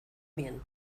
bien